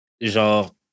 Genre